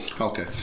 Okay